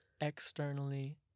Externally